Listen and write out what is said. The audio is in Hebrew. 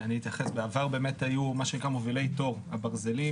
בעבר באמת היו מובילי תור מברזל,